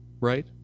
right